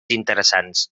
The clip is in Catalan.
interessants